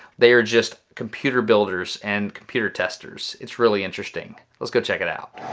they are just computer builders and computer testers. it's really interesting. let's go check it out.